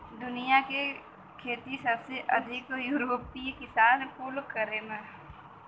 दुनिया में खेती सबसे अधिक यूरोपीय किसान कुल करेलन